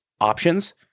options